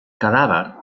cadàver